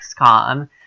XCOM